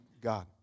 God